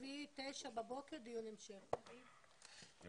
הישיבה ננעלה בשעה 10:20.